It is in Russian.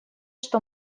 что